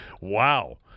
Wow